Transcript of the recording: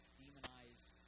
demonized